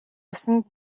үсэнд